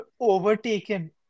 overtaken